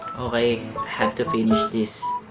i have to finish this.